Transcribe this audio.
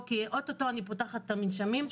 כי אוטוטו אני פותחת את המונשמים,